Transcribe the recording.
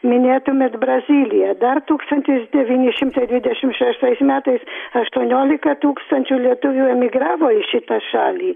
minėtumėt braziliją dar tūkstantis devyni šimtai dvidešim šeštais metais aštuoniolika tūkstančių lietuvių emigravo į šitą šalį